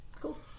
Cool